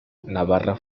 navarra